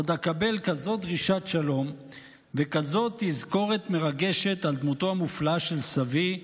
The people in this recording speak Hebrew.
עוד אקבל כזאת דרישת שלום וכזאת תזכורת מרגשת על דמותו המופלאה של סבי,